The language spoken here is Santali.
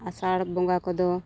ᱟᱥᱟᱲ ᱵᱚᱸᱜᱟ ᱠᱚᱫᱚ